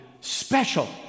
special